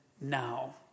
now